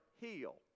heal